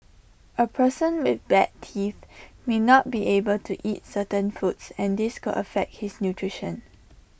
A person with bad teeth may not be able to eat certain foods and this could affect his nutrition